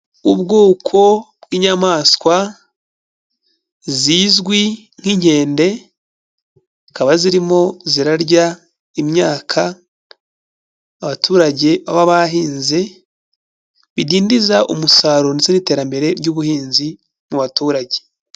Ubwoko bw'inyamaswa zizwi nk'inkende, zikaba zirimo zirarya imyaka abaturage baba bahinze, bidindiza umusaruro ndetse n'iterambere ry'ubuhinzi mu baturage.